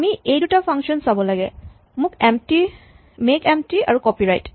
আমি এই দুটা ফাংচন চাব লাগে মেক এম্প্টী আৰু কপি ৰাইট